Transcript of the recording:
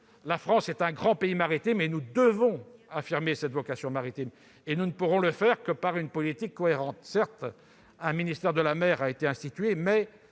La France est pourtant un grand pays maritime ; nous devons affirmer cette vocation maritime, ce qui ne pourra se faire que par une politique cohérente. Certes, un ministère de la mer a été institué, mais